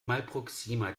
malproksima